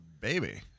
Baby